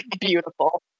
Beautiful